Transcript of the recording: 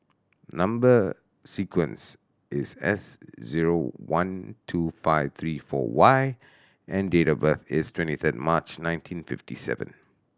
number sequence is S zero one two five three four Y and date of birth is twenty third March nineteen fifty seven